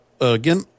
again